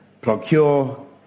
procure